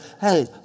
hey